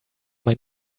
mein